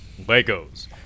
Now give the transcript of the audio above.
Legos